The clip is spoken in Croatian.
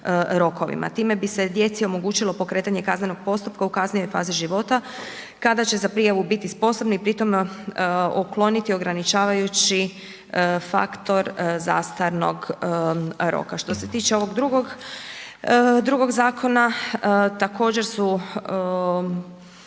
Time bi se djeci omogućilo pokretanje kaznenog postupka u kasnijoj fazi života kada će za prijavu biti sposobni i pri tome ukloniti ograničavajući faktor zastarnog roka. Što se tiče ovog drugog zakona, također su